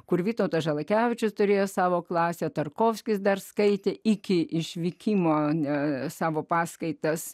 kur vytautas žalakevičius turėjo savo klasę tarkovskis dar skaitė iki išvykimo ne savo paskaitas